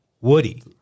Woody